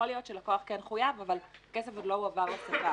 יכול להיות שלקוח כן חויב אבל הכסף עוד לא הועבר לספק.